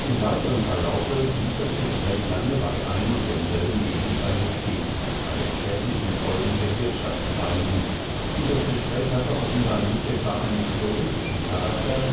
im weiteren verlaufe blieb das gespräch lange bei ein und demselben gegenstande stehen bei den schädlichen folgen der wirtschaftsteilungen und das gespräch hatte offenbar nicht etwa einen theoretischen charakter